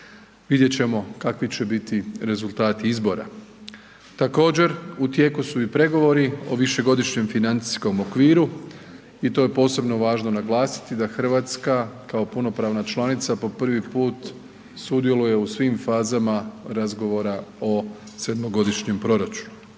vidjet ćemo kakvi će biti rezultati izbora. Također, u tijeku su i pregovori o višegodišnjem financijskom okviru i to je posebno važno naglasiti da Hrvatska kao punopravna članica po prvi put sudjeluje u svim fazama razgovora o sedmogodišnjem proračunu.